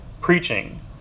preaching